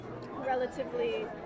relatively